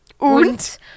Und